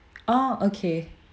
oh okay